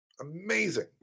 Amazing